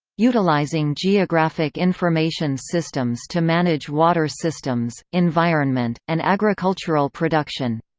utilizing geographic information systems to manage water systems, environment, and agricultural production